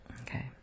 Okay